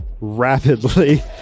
rapidly